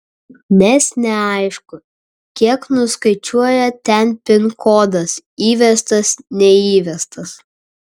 nes neaišku kiek nuskaičiuoja ten pin kodas įvestas neįvestas